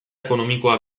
ekonomikoa